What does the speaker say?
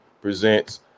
Presents